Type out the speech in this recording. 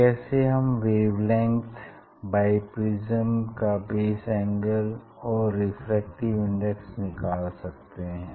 कैसे हम wavelength biprism का बेस एंगल और रेफ्रेक्टिव इंडेक्स निकाल सकते हैं